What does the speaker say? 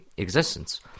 Existence